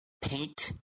paint